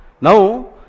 Now